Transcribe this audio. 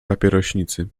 papierośnicy